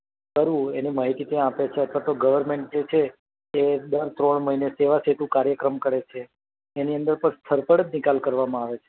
કરવું એની માહિતી ત્યાં આપે છે કે ગવર્નમેંટ જે છે એ દર ત્રણ મહિને સેવાસેતુ કાર્યક્રમ કરે છે એની અંદર પર સ્થળ પર જ નિકાલ કરવામાં આવે છે